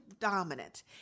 dominant